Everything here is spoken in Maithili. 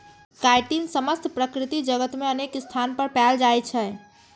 काइटिन समस्त प्रकृति जगत मे अनेक स्थान पर पाएल जाइ छै